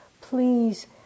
please